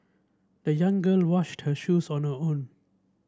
the young girl washed her shoes on her own